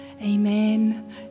Amen